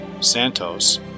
Santos